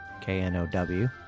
K-N-O-W